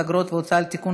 אגרות והוצאות (תיקון,